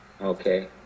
Okay